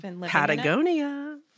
Patagonia